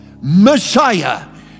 Messiah